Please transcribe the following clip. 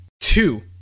Two